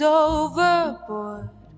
overboard